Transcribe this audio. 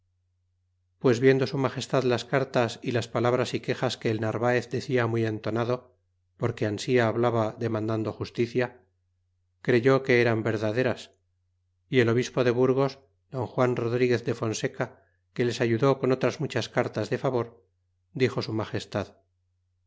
pues viendo su magestad las cartas y las palabras y quejas que el narvaez decia muy entonado porque ansi hablaba demandando justicia creyó que eran verdaderas y el obispo de burgos don juan rodriguez de fonseca que les ayudó con otras muchas cartas de favor dixo su magestad